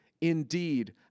Indeed